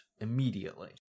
immediately